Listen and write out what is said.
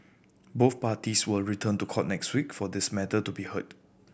both parties will return to court next week for this matter to be heard